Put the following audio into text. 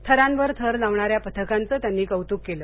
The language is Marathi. थरांवर थर लावणाऱ्या पथकांचं त्यांनी कौतुक केलं